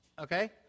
okay